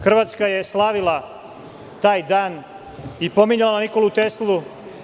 Hrvatska je slavila taj dan i pominjala Nikolu Teslu.